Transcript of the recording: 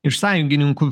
iš sąjungininkų